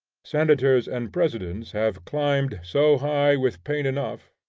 senators and presidents have climbed so high with pain enough,